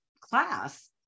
class